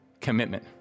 commitment